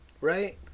right